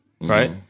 right